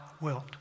wilt